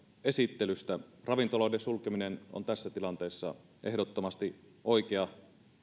esittelystä ravintoloiden sulkeminen on tässä tilanteessa ehdottomasti oikea